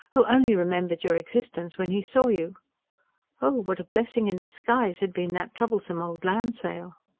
who only remembered your existence when he saw you oh, what a blessing in disguise had been that troublesome old land sale!